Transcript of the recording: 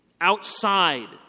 outside